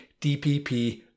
DPP